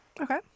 Okay